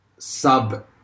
Sub